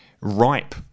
ripe